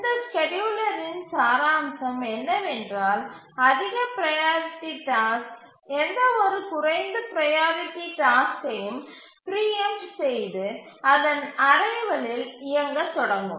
இந்த ஸ்கேட்யூலரின் சாராம்சம் என்னவென்றால் அதிக ப்ரையாரிட்டி டாஸ்க் எந்தவொரு குறைந்த ப்ரையாரிட்டி டாஸ்க்கையும் பிரீஎம்ட் செய்து அதன் அரைவலில் இயங்க தொடங்கும்